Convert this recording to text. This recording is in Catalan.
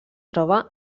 troba